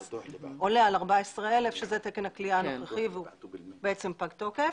עולה על 14,000 שזה תקן הכליאה הנוכחי והוא בעצם פג תוקף.